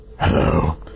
Hello